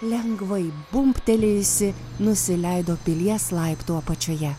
lengvai bumbtelėjusi nusileido pilies laiptų apačioje